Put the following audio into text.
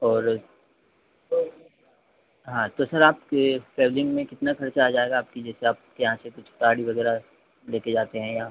और हाँ तो सर आपके ट्रैवलिंग में कितना खर्चा आ जाएगा आपकी जैसे आपके यहाँ से कुछ गाड़ी वगैरह लेकर जाते हैं या